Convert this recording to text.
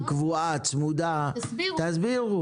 תסבירו.